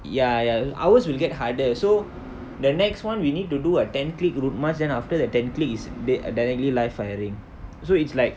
ya ya ours will get harder so the next one we need to do a ten click route march then after the ten click is th~ technically live firing so it's like